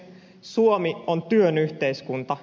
suomi on työn yhteiskunta